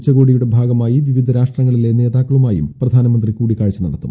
ഉച്ചക്കോടിയുടെ ഭാഗമായി വിവിധ രാഷ്ട്രങ്ങളിലെ നേതാക്കളുമായും പ്രധാനമന്ത്രി കൂട്ടിക്കാഴ്ച നടത്തും